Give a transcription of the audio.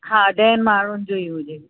हा ॾहनि माण्हुनि जो ई हुजे